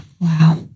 Wow